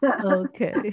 Okay